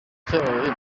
cyabaye